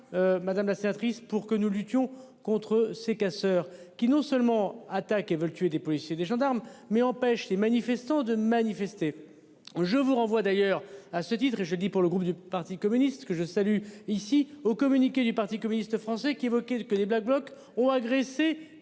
Madame la sénatrice, pour que nous luttions contre ces casseurs qui non seulement attaque et veulent tuer des policiers, des gendarmes mais empêche les manifestants de manifester. Je vous renvoie d'ailleurs à ce titre et je dis pour le groupe du Parti communiste que je salue ici au communiqué du parti communiste français qui évoquait ce que les blacks blocs ont agressé